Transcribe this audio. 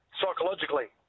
psychologically